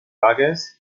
klages